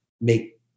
make